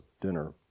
dinner